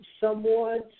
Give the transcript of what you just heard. somewhat